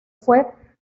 fue